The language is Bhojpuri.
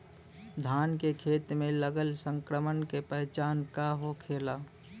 धान के खेत मे लगल संक्रमण के पहचान का होखेला?